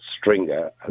stringer